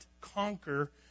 conquer